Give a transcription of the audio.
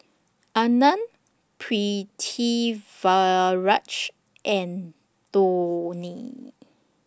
Anand Pritiviraj and Dhoni